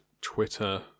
Twitter